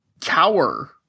cower